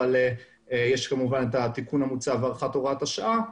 אבל יש את התיקון המוצע והארכת הוראת השעה,